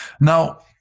Now